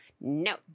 No